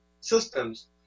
systems